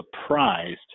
surprised